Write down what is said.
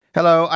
Hello